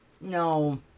no